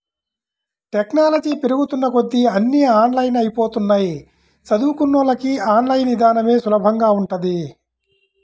technology పెరుగుతున్న కొద్దీ అన్నీ ఆన్లైన్ అయ్యిపోతన్నయ్, చదువుకున్నోళ్ళకి ఆన్ లైన్ ఇదానమే సులభంగా ఉంటది